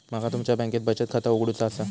माका तुमच्या बँकेत बचत खाता उघडूचा असा?